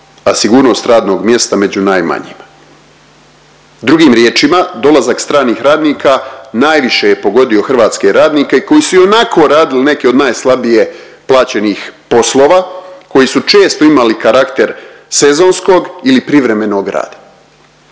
a sigurnost radnog mjesta među najmanjima. Drugim riječima, dolazak stranih radnika najviše je pogodio hrvatske radnike koji su ionako radili neke od najslabije plaćenih poslova, koji su često imali karakter sezonskog ili privremenog rada.